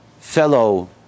fellow